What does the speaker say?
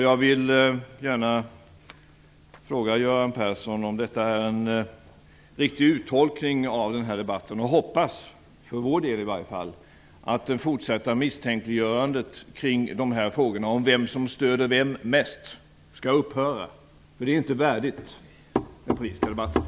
Jag vill gärna fråga Göran Persson om detta är en riktig uttolkning av den här debatten. Jag hoppas för vår del att misstänkliggörandet kring dessa frågor om vem som stöder vem mest skall upphöra. Det är inte värdigt den politiska debatten.